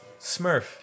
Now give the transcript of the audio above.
Smurf